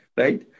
right